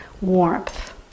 warmth